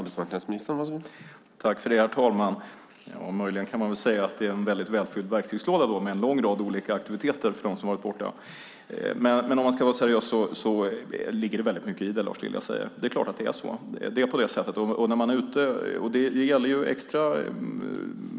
Herr talman! Möjligen kan man säga att det är en väldigt välfylld verktygslåda med en lång rad olika aktiviteter för dem som varit borta. Men om man ska vara seriös ligger det väldigt mycket i det Lars Lilja säger. Det är klart att det är så.